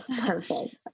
Perfect